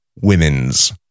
women's